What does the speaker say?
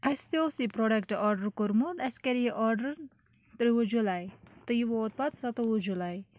اَسہِ تہِ اوس یہِ پرٛوڈَکٹ آرڈَر کوٚرمُت اَسہِ کَرِ یہِ آرڈَر ترٛوٚوُہ جُلاے تہٕ یہِ ووت پَتہٕ سَتووُہ جُلاے